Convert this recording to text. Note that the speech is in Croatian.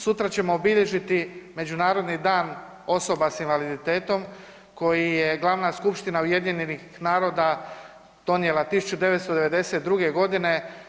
Sutra ćemo obilježiti Međunarodni dan osoba s invaliditetom koji je Glavna skupština UN-a donijela 1992. godine.